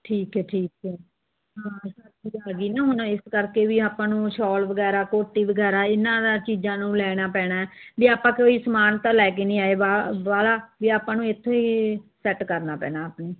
ਠੀਕ ਹੈ ਠੀਕ ਹੈ ਹਾਂ ਸਰਦੀ ਆ ਗਈ ਨਾ ਹੁਣ ਇਸ ਕਰਕੇ ਵੀ ਆਪਾਂ ਨੂੰ ਸ਼ੋਲ ਵਗੈਰਾ ਕੋਟੀ ਵਗੈਰਾ ਇਹਨਾਂ ਦਾ ਚੀਜ਼ਾਂ ਨੂੰ ਲੈਣਾ ਪੈਣਾ ਵੀ ਆਪਾਂ ਕੋਈ ਸਮਾਨ ਤਾਂ ਲੈ ਕੇ ਨਹੀਂ ਆਏ ਬਾਹ ਬਾਹਲਾ ਵੀ ਆਪਾਂ ਨੂੰ ਇੱਥੋਂ ਹੀ ਸੈੱਟ ਕਰਨਾ ਪੈਣਾ ਆਪਣੀ